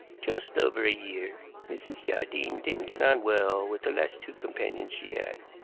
just over a year. mrs. jardine didn't get on well with the last two companions she had.